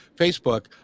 Facebook